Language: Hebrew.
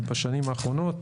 בשנים האחרונות,